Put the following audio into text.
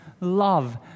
love